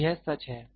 तो यह सच है